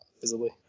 visibly